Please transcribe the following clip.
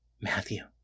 Matthew